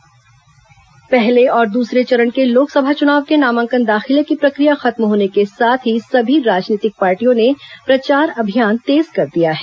loss चुनाव कार्यकर्ता सम्मेलन पहले और दूसरे चरण के लोकसभा चुनाव के नामांकन दाखिले की प्रक्रिया खत्म होने के साथ ही सभी राजनीतिक पार्टियों ने प्रचार अभियान तेज कर दिया है